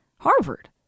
Harvard